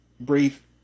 brief